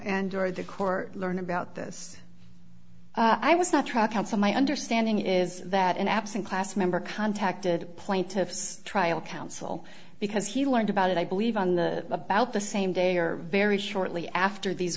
your the corps learn about this i was not truck out so my understanding is that an absent class member contacted plaintiffs trial counsel because he learned about it i believe on the about the same day or very shortly after these